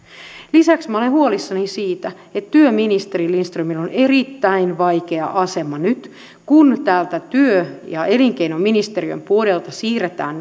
lisäksi olen huolissani siitä että työministeri lindströmillä on erittäin vaikea asema nyt kun täältä työ ja elinkeinoministeriön puolelta siirretään